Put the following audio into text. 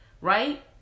right